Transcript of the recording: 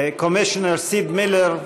Commissioner סיד מילר,